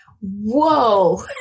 whoa